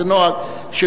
זה נוהג,